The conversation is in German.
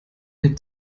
hält